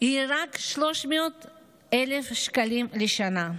היא רק 300,000 שקלים לשנה.